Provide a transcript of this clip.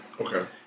Okay